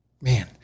man